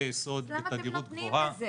חוקי-יסוד בתדירות גבוהה --- למה אתם נותנים לזה?